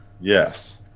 Yes